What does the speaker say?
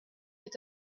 est